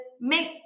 make